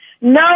No